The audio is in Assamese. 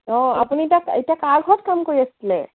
অঁ আপুনি এতিয়া এতিয়া কাৰ ঘৰত কাম কৰি আছিলে